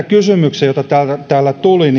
kysymyksistä joita täällä täällä tuli